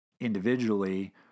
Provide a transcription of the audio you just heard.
individually